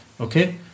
okay